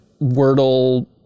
Wordle